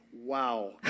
Wow